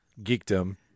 geekdom